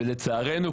ולצערנו,